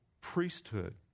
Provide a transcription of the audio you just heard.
priesthood